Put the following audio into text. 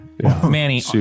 Manny